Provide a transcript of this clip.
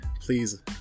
please